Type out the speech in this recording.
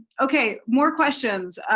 okay, more questions.